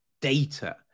data